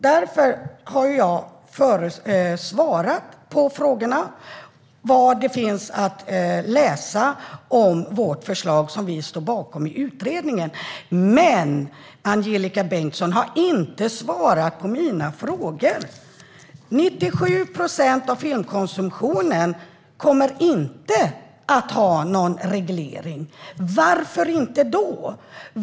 Jag har därmed svarat på frågorna: vad som finns att läsa om vårt förslag, som vi står bakom, i utredningen. Men Angelika Bengtsson har inte svarat på mina frågor. 97 procent av filmkonsumtionen kommer inte att ha någon reglering. Varför inte?